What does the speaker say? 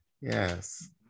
Yes